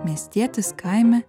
miestietis kaime